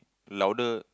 louder